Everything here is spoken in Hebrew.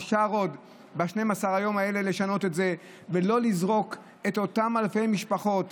אפשר ב-12 היום האלה עוד לשנות את זה ולא לזרוק את אותן אלפי משפחות